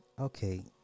okay